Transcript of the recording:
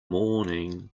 morning